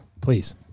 Please